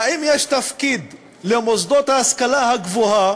האם יש תפקיד למוסדות ההשכלה הגבוהה